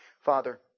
Father